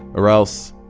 or else,